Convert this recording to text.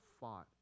fought